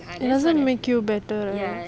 it doesn't make you better